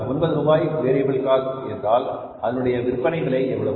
ஒன்பது ரூபாய் variable cost என்றால் அதனுடைய விற்பனை விலை எவ்வளவு